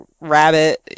rabbit